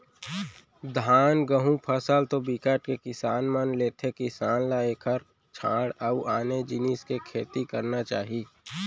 धान, गहूँ फसल तो बिकट के किसान मन ह लेथे किसान ल एखर छांड़ अउ आने जिनिस के खेती करना चाही